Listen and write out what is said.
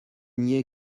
nier